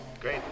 Great